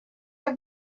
have